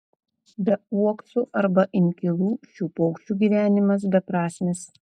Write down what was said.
be uoksų arba inkilų šių paukščių gyvenimas beprasmis